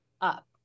up